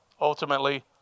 Ultimately